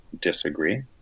disagree